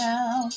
Now